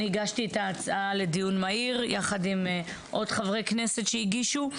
אני הגשתי את ההצעה לדיון מהיר יחד עם עוד חברי כנסת שהגישו,